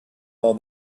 all